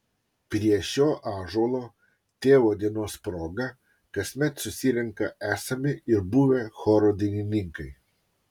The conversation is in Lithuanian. prie šio ąžuolo tėvo dienos proga kasmet susirenka esami ir buvę choro dainininkai